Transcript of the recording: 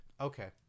Okay